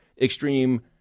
extreme